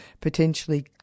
potentially